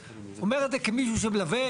אני אומר את זה כמישהו שמלווה,